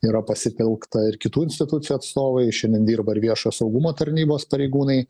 yra pasitelkta ir kitų institucijų atstovai šiandien dirba ir viešojo saugumo tarnybos pareigūnai